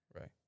Right